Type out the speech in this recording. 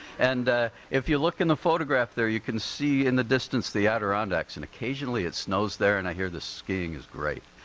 and if you look in the photograph there you can see in the distance the adirondacks and occasionally it snows there and i hear the skiing is great.